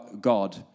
God